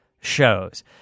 shows